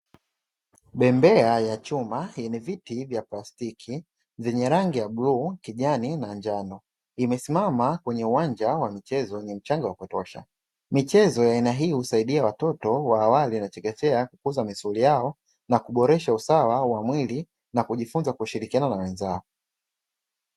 Bembea ya chuma yenye viti vya plastiki vyenye rangi ya bluu, kijani na njano, imesimama kwenye uwanja wa michezo wenye mchanga wa kutosha, michezo ya aina hii husaidia watoto wa awali na chekechea kukuza misuli yao, na kuboresha usawa wa mwili na kujifunza kushirikiana na wenzao.